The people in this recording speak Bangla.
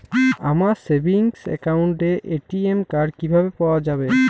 আমার সেভিংস অ্যাকাউন্টের এ.টি.এম কার্ড কিভাবে পাওয়া যাবে?